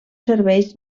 serveis